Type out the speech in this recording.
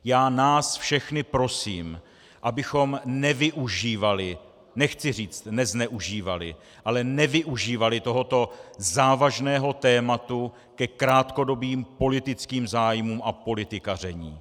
Já nás všechny prosím, abychom nevyužívali, nechci říct nezneužívali, ale nevyužívali tohoto závažného tématu ke krátkodobým politickým zájmům a politikaření.